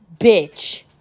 Bitch